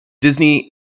Disney